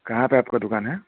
कहाँ पर आपकी दुकान है